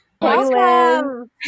Welcome